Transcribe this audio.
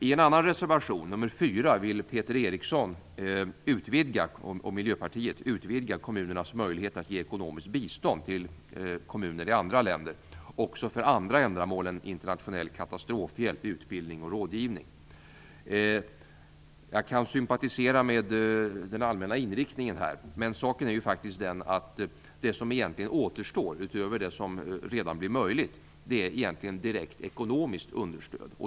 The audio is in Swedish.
I en annan reservation, nr 4, vill Peter Eriksson och Miljöpartiet utvidga kommunernas möjlighet att ge ekonomiskt bistånd till kommuner i andra länder också för andra ändamål än internationell katastrofhjälp, utbildning och rådgivning. Jag kan sympatisera med den allmänna inriktningen. Men saken är faktiskt den att det som egentligen återstår, utöver det som redan blir möjligt, är egentligen direkt ekonomiskt understöd.